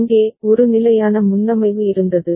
இங்கே ஒரு நிலையான முன்னமைவு இருந்தது